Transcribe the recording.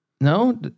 No